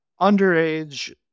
underage